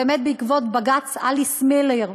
באמת בעקבות בג"ץ אליס מילר,